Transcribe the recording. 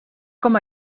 com